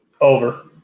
Over